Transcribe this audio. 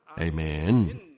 Amen